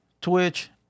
Twitch